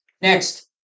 Next